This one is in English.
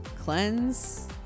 Cleanse